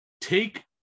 take